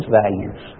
values